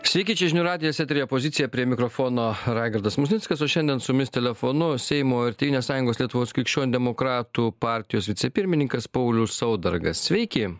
sveiki čia žinių radijas eteryje opozicija prie mikrofono raigardas musnickas o šiandien su mis telefonu seimo ir tėvynės sąjungos lietuvos krikščionių demokratų partijos vicepirmininkas paulius saudargas sveiki